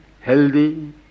healthy